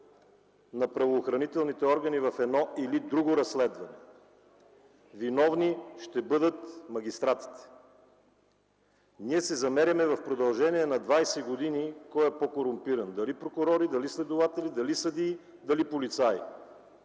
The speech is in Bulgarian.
на правоохранителните органи в едно или друго разследване – виновни ще бъдат магистратите. Ние се замеряме в продължение на 20 години с това кой е по-корумпиран – дали прокурори, дали следователи, дали съдии, дали полицаи.